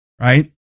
right